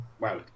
wow